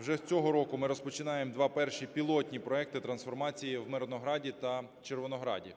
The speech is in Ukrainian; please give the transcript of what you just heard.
Вже цього року ми розпочинаємо два перші пілотні проекти трансформації в Мирнограді та Червонограді.